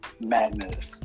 madness